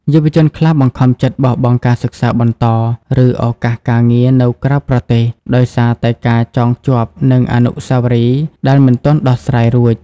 យុវជនខ្លះបង្ខំចិត្តបោះបង់ការសិក្សាបន្ត ឬឱកាសការងារនៅក្រៅប្រទេស ដោយសារតែការចងជាប់នឹងអនុស្សាវរីយ៍ដែលមិនទាន់ដោះស្រាយរួច។